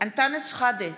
אנטאנס שחאדה,